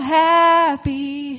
happy